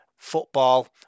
football